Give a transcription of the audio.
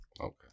Okay